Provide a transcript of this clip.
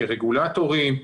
כרגולטורים,